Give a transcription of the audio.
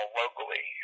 locally